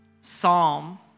Psalm